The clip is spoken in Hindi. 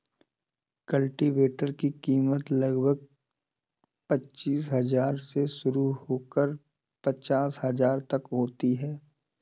कल्टीवेटर की कीमत लगभग पचीस हजार से शुरू होकर पचास हजार तक होती है